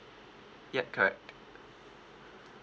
yup correct